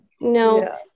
No